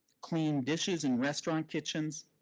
cleaning dishes in restaurant kitchens,